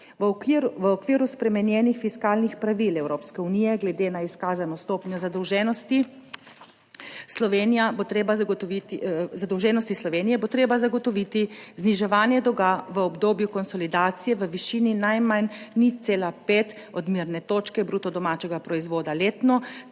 V okviru spremenjenih fiskalnih pravil Evropske unije glede na izkazano stopnjo zadolženosti slovenija bo treba zagotoviti zadolženosti Slovenije, bo treba zagotoviti zniževanje dolga v obdobju konsolidacije v višini najmanj 0,5 odmerne točke bruto domačega proizvoda letno,